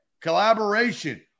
collaboration